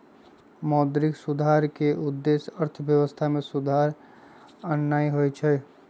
मौद्रिक सुधार के उद्देश्य अर्थव्यवस्था में सुधार आनन्नाइ होइ छइ